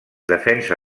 defensa